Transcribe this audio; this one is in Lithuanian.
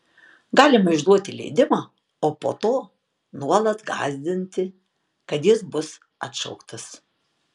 galima išduoti leidimą o po to nuolat gąsdinti kad jis bus atšauktas